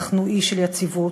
אנחנו אי של יציבות,